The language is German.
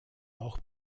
auch